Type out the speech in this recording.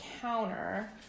counter